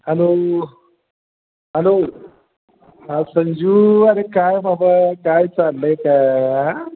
hello hello Sanju अरे काय बाबा काय चाललं आहे काय